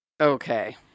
Okay